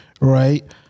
right